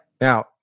now